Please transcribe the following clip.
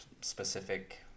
specific